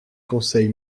conseil